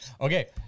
Okay